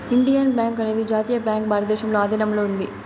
Indian bank అనేది జాతీయ bank భారతదేశంలో ఆధీనంలో ఉంది